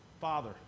Father